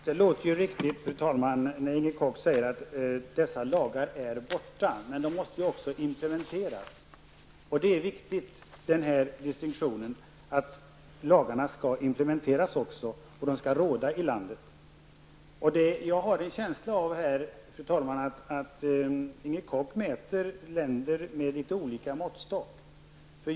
Fru talman! Det låter riktigt när Inger Koch säger att dessa lagar är borta, men de måste ju också implementeras. Det är viktigt att göra denna distinktion, att lagarna skall implementeras och att de skall gälla i landet. Jag har en känsla av att Inger Koch mäter länder efter olika måttstock.